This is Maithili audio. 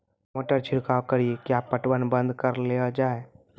टमाटर छिड़काव कड़ी क्या पटवन बंद करऽ लो जाए?